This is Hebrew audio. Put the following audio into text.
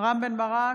רם בן ברק,